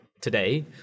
today